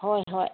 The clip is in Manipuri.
ꯍꯣꯏ ꯍꯣꯏ